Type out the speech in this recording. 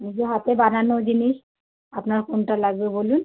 নিজে হাতে বানানো জিনিস আপনার কোনটা লাগবে বলুন